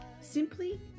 Simply